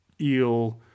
eel